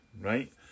right